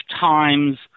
times